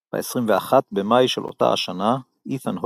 ב-21 במאי של אותה השנה אית'ן הוק,